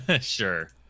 Sure